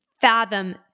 fathom